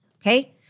Okay